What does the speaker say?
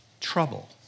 trouble